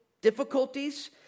difficulties